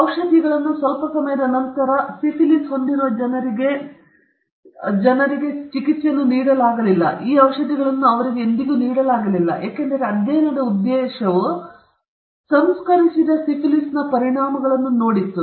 ಔಷಧಿಗಳನ್ನು ಸ್ವಲ್ಪ ಸಮಯದ ನಂತರವೂ ಸಹ ಸಿಫಿಲಿಸ್ ಹೊಂದಿರುವ ಜನರಿಗೆ ಚಿಕಿತ್ಸೆಯನ್ನು ನೀಡಲಾಗಲಿಲ್ಲ ಈ ಔಷಧಿಗಳನ್ನು ಅವರಿಗೆ ಎಂದಿಗೂ ನೀಡಲಾಗಲಿಲ್ಲ ಏಕೆಂದರೆ ಅಧ್ಯಯನದ ಉದ್ದೇಶವು ಸಂಸ್ಕರಿಸದ ಸಿಫಿಲಿಸ್ನ ಪರಿಣಾಮಗಳನ್ನು ನೋಡಿತ್ತು